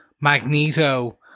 Magneto